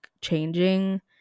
changing